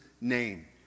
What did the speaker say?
name